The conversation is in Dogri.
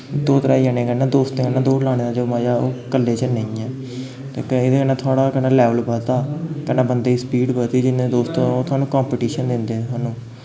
दो त्रै जनें कन्नै दोस्तैं कन्नै दौड़ लाने दा जो मजा ऐ ओह् कल्ले च नेईं ऐ ते एह्दे कन्नै थुआढ़ा कन्नै लैवल बधदा कन्नै बंदे दी स्पीड बधदी जिन्ने दोस्त होन ओह् थुहानूं कंपीटीशन दिंदे थुहानूं